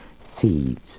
thieves